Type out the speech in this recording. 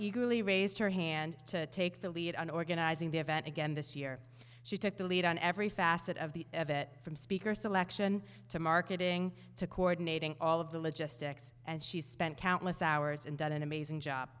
eagerly raised her hand to take the lead on organizing the event again this year she took the lead on every facet of the of it from speaker selection to marketing to coordinating all of the logistics and she spent countless hours and done an amazing job